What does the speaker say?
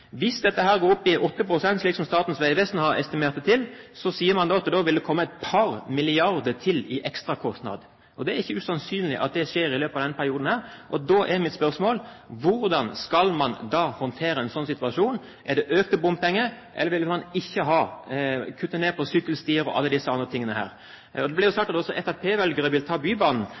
Hvis dette går opp i 8 pst., slik som Statens vegvesen har estimert det til, sier man at det vil komme et par milliarder til i ekstrakostnad. Det er ikke usannsynlig at det skjer i løpet av denne perioden. Da er mitt spørsmål: Hvordan skal man da håndtere en sånn situasjon? Er det med økte bompenger, eller vil man kutte ned på sykkelstier og alle disse andre tingene? Det har blitt sagt at også fremskrittspartivelgere vil ta Bybanen,